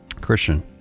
Christian